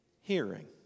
hearing